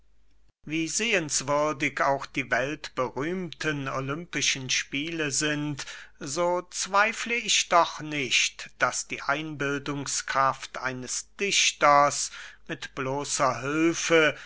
wie sehenswürdig auch die weltberühmten olympischen spiele sind so zweifle ich doch nicht daß die einbildungskraft eines dichters mit bloßer hülfe